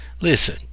listen